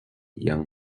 young